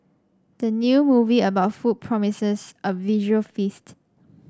the new movie about food promises a visual feast